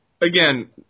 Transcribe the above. again